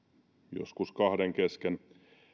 joskus kahden kesken